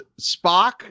Spock